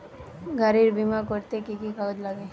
গাড়ীর বিমা করতে কি কি কাগজ লাগে?